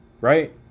Right